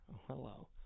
Hello